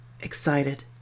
excited